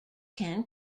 can